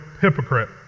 hypocrite